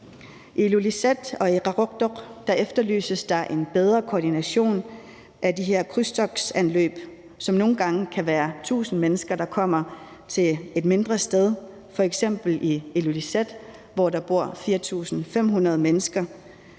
I Ilulissat og Qaqortoq efterlyses der en bedre koordination af de her krydstogtanløb, hvor det nogle gange kan være 1.000 mennesker, der kommer til et mindre sted, f.eks. Ilulissat, hvor der bor 4.500 mennesker.